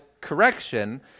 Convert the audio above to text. correction